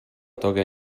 toga